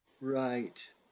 right